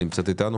בבקשה.